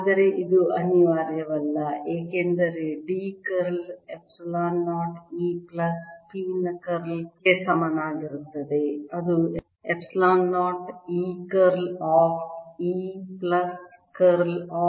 ಆದರೆ ಇದು ಅನಿವಾರ್ಯವಲ್ಲ ಏಕೆಂದರೆ D curl epsilon 0 E plus P ನ ಕರ್ಲ್ ಗೆ ಸಮನಾಗಿರುತ್ತದೆ ಅದು epsilon 0 E curl of E plus curl of P ಇದು 0